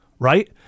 right